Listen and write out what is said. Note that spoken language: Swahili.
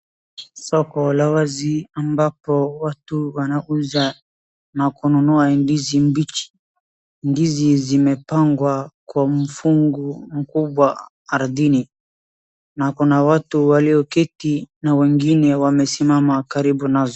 Soko la wazi ambapo watu wanauza na kununua ndizi mbichi. Ndizi zimepangwa kwa mfungu mkubwa ardhini na kuna watu walioketi na wengine wamesimama karibu nazo.